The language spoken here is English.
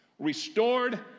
restored